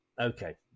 Okay